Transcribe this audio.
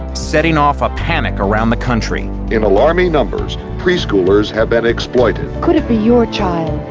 setting off a panic around the country in alarming numbers, preschoolers have been exploited. could it be your child?